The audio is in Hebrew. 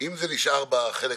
פחות או יותר.